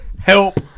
Help